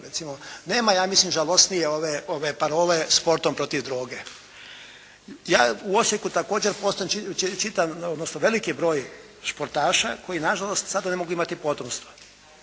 Nema ja mislim žalosnije parole "Sportom protiv droge!". Ja u Osijeku također čitam odnosno veliki broj športaša koji nažalost sada ne mogu imati potomstva